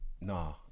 Nah